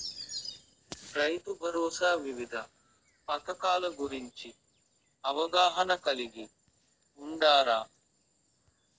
రైతుభరోసా వివిధ పథకాల గురించి అవగాహన కలిగి వుండారా?